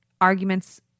arguments